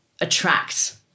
attract